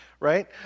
Right